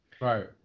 right